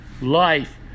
life